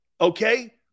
okay